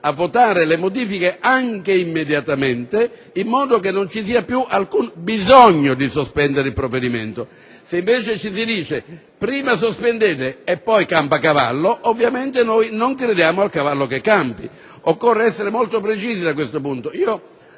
a votarle anche immediatamente, in modo che non ci sia più alcun bisogno di sospendere il provvedimento. Se invece ci si dice: «Prima sospendete e poi campa cavallo...», ovviamente non crediamo che il cavallo campi. Occorre essere molto precisi su questo punto.